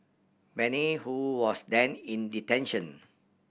Bani who was then in detention